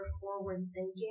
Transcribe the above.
forward-thinking